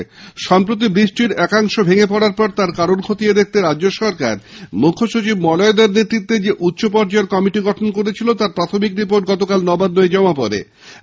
ব্রীজটির একাংশ ভেঙ্গে পড়ার পর তার কারণ খতিয়ে দেখতে রাজ্য সরকার মুখ্যসচিব মলয় দে র নেতৃত্বে যে উচ্চ পর্যায়ের কমিটি গড়েছিল তার প্রাথমিক রিপোর্ট গতকাল নবান্নে জমা পড়েছে